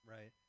Right